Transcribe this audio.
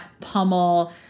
pummel